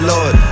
Lord